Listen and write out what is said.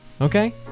okay